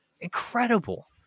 Incredible